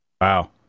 wow